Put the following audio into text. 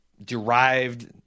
derived